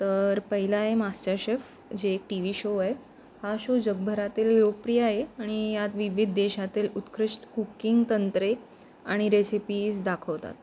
तर पहिला आहे मास्टरशेफ जे एक टी वी शो आहे हा शो जगभरातील लोकप्रिय आहे आणि यात विविध देशातील उत्कृष्ट कुकिंग तंत्रे आणि रेसिपीज दाखवतात